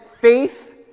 faith